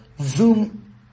Zoom